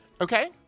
Okay